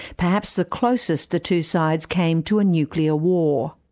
perhaps the closest the two sides came to a nuclear war.